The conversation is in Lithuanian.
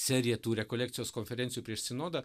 seriją tų rekolekcijos konferencijų prieš sinodą